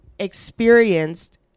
experienced